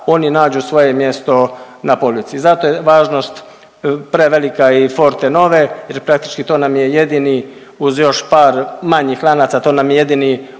oni nađu svoje mjesto na polici i zato je važnost prevelika i Fortenove jer praktički to nam je jedini, uz još par manjih lanaca, to nam je jedini